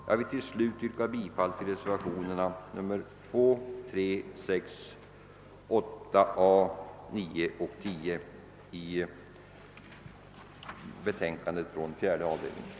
Jag vill till slut yrka bifall till reservationerna 2, 3, 6, 8 a, 9